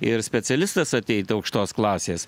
ir specialistas ateit aukštos klasės